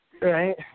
Right